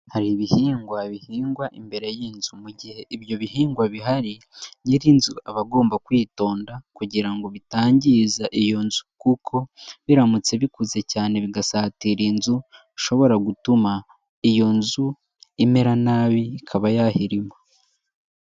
Hari ibihingwa bihingwa imbere y'inzu, mu gihe ibyo bihingwa bihari nyir'inzu aba agomba kwitonda kugira ngo bitangiza iyo nzu kuko biramutse bikuze cyane bigasatira inzu, bishobora gutuma iyo nzu imera nabi, ikaba yahirima.